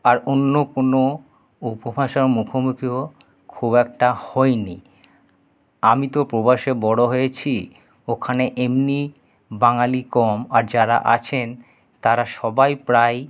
আর অন্য কোনো উপভাষার মুখোমুখিও খুব একটা হইনি আমি তো প্রবাসে বড়ো হয়েছি ওখানে এমনি বাঙালি কম আর যারা আছেন তারা সবাই প্রায়